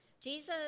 Jesus